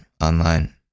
online